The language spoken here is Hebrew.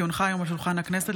כי הונחה היום על שולחן הכנסת,